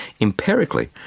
empirically